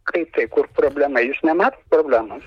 kaip tai kur problema jūs nematot problemos